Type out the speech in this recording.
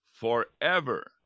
forever